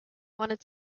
wanted